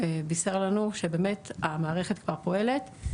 בישר לנו שבאמת המערכת כבר פועלת.